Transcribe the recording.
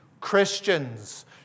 Christians